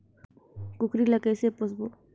कूकरी ला कइसे पोसबो?